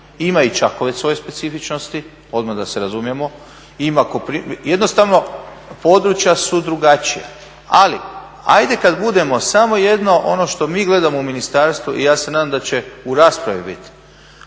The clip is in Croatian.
Ima i Čakovec svoje specifičnosti odmah da se razumijemo, jednostavno područja su drugačija. Ali, ajde kad budemo samo jedno ono što mi gledamo u ministarstvu, i ja se nadam da će u raspraviti biti,